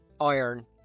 iron